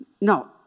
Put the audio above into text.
No